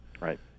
Right